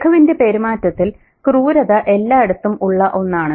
രഘുവിന്റെ പെരുമാറ്റത്തിൽ ക്രൂരത എല്ലായിടത്തും ഉള്ള ഒന്നാണ്